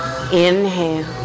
Inhale